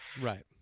Right